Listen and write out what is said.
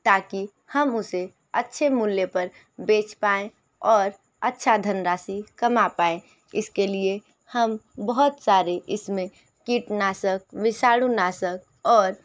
ताकि हम उसे अच्छे मूल्य पर बेच पाएँ और अच्छा धनराशि कमा पाए इसके लिए हम बहुत सारे इसमें कीटनाशक विशाणुनाशक और